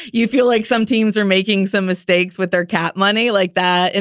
you feel like some teams are making some mistakes with their cap money like that. and